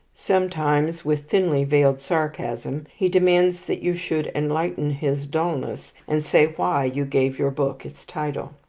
sometimes, with thinly veiled sarcasm, he demands that you should enlighten his dulness, and say why you gave your book its title.